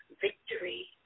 victory